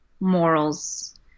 morals